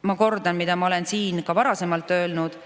ma kordan, mida ma olen siin varasemalt öelnud: